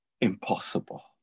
Impossible